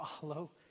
follow